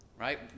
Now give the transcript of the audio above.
right